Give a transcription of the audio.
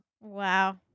Wow